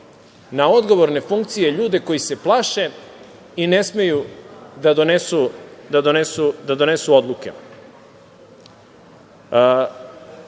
na odgovorne funkcije ljude koji se plaše i ne smeju da donesu odluke.